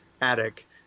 attic